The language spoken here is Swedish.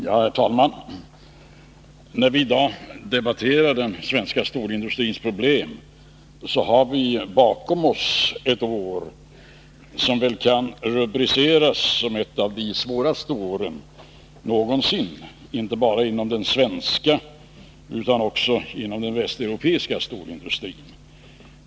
Herr talman! När vi i dag debatterar den svenska stålindustrins problem har vi bakom oss ett år som väl kan rubriceras som ett av de svåraste åren någonsin, inte bara inom den svenska utan också inom den västeuropeiska stålindustrin.